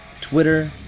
Twitter